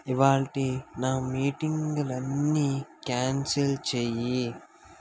ఇవాల్టి నా మీటింగ్లన్ని క్యాన్సిల్ చేయి